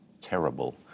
terrible